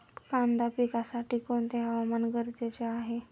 कांदा पिकासाठी कोणते हवामान गरजेचे आहे?